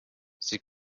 sie